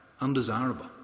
undesirable